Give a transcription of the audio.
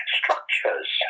structures